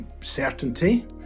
certainty